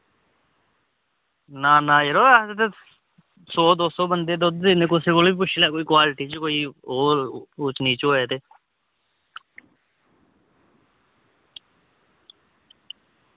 ना ना यरो अस ते सौ दो बंदे ई दुद्ध दिन्ने कुसै कोला बी पुच्छी लै कोई क्वालिटी ओह् ऊच नीच होऐ ते